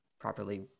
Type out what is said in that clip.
properly